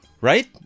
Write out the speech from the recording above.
Right